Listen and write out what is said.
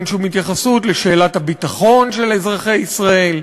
אין שום התייחסות לשאלת הביטחון של אזרחי ישראל.